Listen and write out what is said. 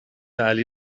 علی